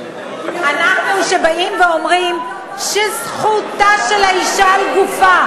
אנחנו שבאים ואומרים שזכותה של האישה על גופה,